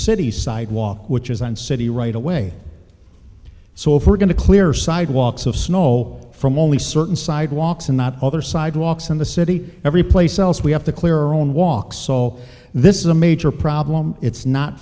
city sidewalk which is on city right away so if we're going to clear sidewalks of snow from only certain sidewalks and not other sidewalks in the city every place else we have to clear our own walk so this is a major problem it's not